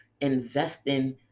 investing